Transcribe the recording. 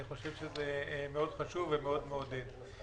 אני חושב שזה חשוב מאוד ומעודד מאוד.